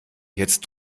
jetzt